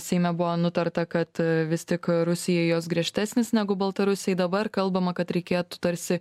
seime buvo nutarta kad vis tik rusijai jos griežtesnės negu baltarusijai dabar kalbama kad reikėtų tarsi